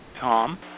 Tom